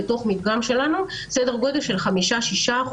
במדגם שלנו זה סדר גודל של 5%-6%